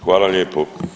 Hvala lijepo.